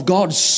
God's